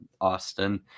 Austin